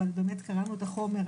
אבל באמת קראנו את החומר,